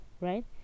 right